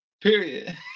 Period